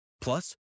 Plus